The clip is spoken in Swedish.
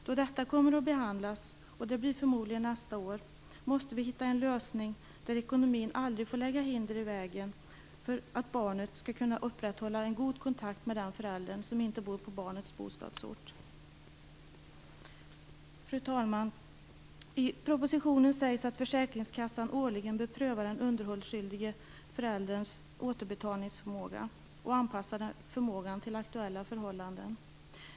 Då detta kommer att behandlas - det blir förmodligen nästa år - måste vi hitta en lösning där ekonomin aldrig får lägga hinder i vägen för att barnet skall kunna upprätthålla en god kontakt med den förälder som inte bor på barnets bostadsort. Fru talman! I propositionen sägs att försäkringskassan årligen bör pröva den underhållsskyldige förälderns återbetalningsförmåga och anpassa förmågan till aktuella förhållanden.